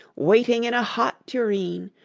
waiting in a hot tureen!